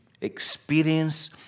experience